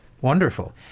Wonderful